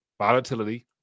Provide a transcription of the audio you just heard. volatility